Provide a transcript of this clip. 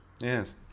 Yes